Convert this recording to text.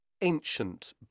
ancient